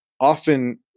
often